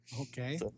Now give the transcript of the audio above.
Okay